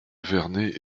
vernet